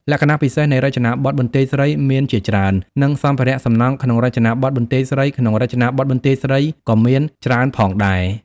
លក្ខណៈពិសេសនៃរចនាបថបន្ទាយស្រីមានជាច្រើន និងសម្ភារៈសំណង់ក្នុងរចនាបថបន្ទាយស្រីក្នុងរចនាបថបន្ទាយស្រីក៏មានច្រើនផងដែរ។